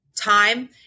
time